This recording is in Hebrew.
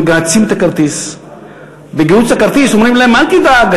מגהצים את הכרטיס ובגיהוץ הכרטיס אומרים להם: אל תדאג,